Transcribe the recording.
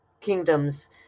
kingdoms